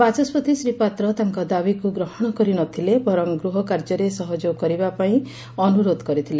ବାଚସ୍ୱତି ଶ୍ରୀ ପାତ୍ର ତାଙ୍କ ଦାବିକୁ ଗ୍ରହଣ କରି ନଥିଲେ ବରଂ ଗୃହ କାର୍ଯ୍ୟରେ ସହଯୋଗ କରିବା ପାଇଁ ଅନୁରୋଧ କରିଥିଲେ